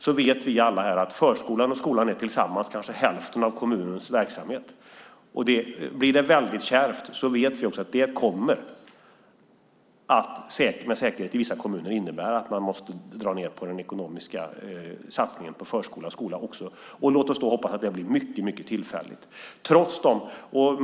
Vi vet alla att förskolan och skolan tillsammans utgör nästan hälften av kommunens verksamhet. Blir det väldigt kärvt vet vi att det med säkerhet i vissa kommuner kommer att innebära att man måste dra ned på den ekonomiska satsningen på förskola och skola. Låt oss då hoppas att det blir mycket tillfälligt.